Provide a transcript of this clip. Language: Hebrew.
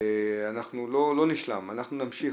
זה לא נשלם, אנחנו נמשיך.